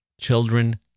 Children